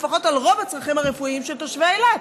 לפחות על רוב הצרכים הרפואיים של תושבי אילת,